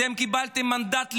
אתם קיבלתם מנדט למשול,